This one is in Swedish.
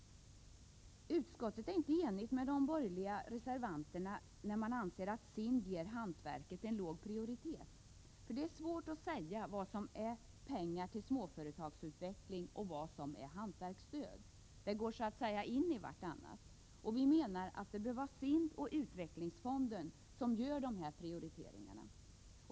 Utskottets majoritet håller inte med de borgerliga reservanterna, som anser att SIND ger hantverket en låg prioritering. Det är svårt att säga vad som är pengar till småföretagsutveckling och vad som är pengar till hantverksstöd. De går så att säga in i varandra. Men vi menar att det bör vara SIND och utvecklingsfonden som gör denna prioritering.